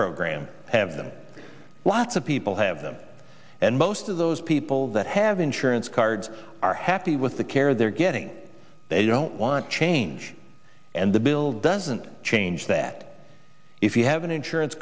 program have them lots of people have them and most of those people that have insurance cards are happy with the care they're getting they don't want to change and the bill doesn't change that if you have an insurance